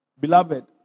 beloved